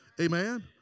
Amen